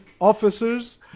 officers